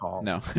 No